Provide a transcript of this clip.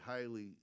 highly